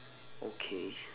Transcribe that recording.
okay